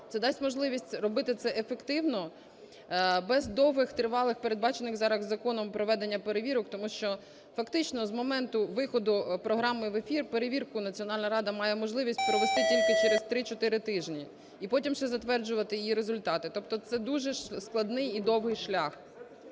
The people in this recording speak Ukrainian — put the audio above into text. Це дасть можливість робити це ефективно, без довгих тривалих, передбачених зараз законом, проведення перевірок. Тому що фактично з моменту виходу програми в ефір перевірку Національна рада має можливість провести тільки через 3-4 тижні. І потім ще затверджувати її результати. Тобто це дуже складний і довгий шлях.